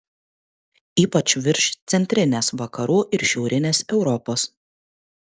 ypač virš centrinės vakarų ir šiaurinės europos